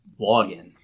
login